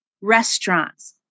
restaurants